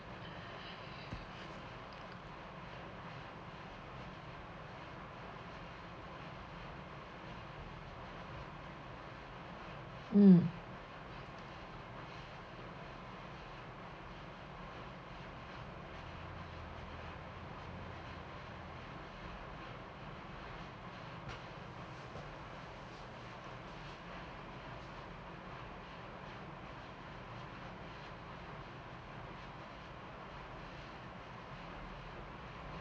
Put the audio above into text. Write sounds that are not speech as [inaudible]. [breath] mm